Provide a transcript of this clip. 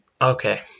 Okay